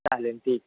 चालेल ठीक